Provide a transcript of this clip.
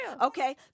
Okay